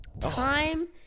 time